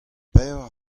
pevar